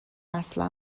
اصلا